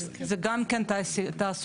זה גם כן תעסוקה,